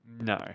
No